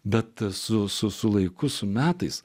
bet esu su laiku su metais